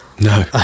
No